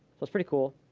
so it's pretty cool.